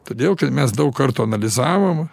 todėl kad mes daug kartų analizavom